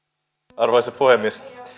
arvoisa puhemies